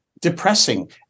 depressing